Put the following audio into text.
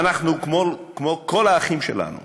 ואנחנו, כמו כל האחים שלנו